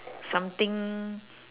something